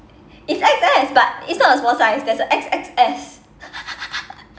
it's X_S but it's not a small size there is a X_X_S